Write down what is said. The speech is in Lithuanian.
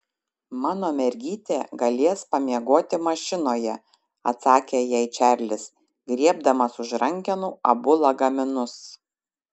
mano mergytė galės pamiegoti mašinoje atsakė jai čarlis griebdamas už rankenų abu lagaminus